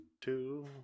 Two